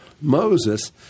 Moses